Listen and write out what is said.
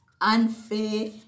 unfair